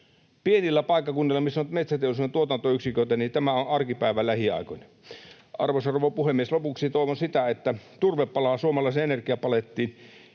Pienillä paikkakunnilla, missä on metsäteollisuuden tuotantoyksiköitä, tämä on arkipäivää lähiaikoina. Arvoisa rouva puhemies! Lopuksi toivon sitä, että turve palaa suomalaiseen energiapalettiin